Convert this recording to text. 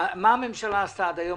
מה הממשלה עשתה עד היום?